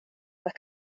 were